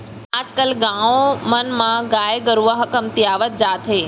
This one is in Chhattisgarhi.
आज कल गाँव मन म गाय गरूवा ह कमतियावत जात हे